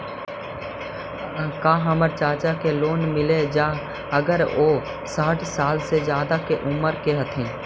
का हमर चाचा के लोन मिल जाई अगर उ साठ साल से ज्यादा के उमर के हथी?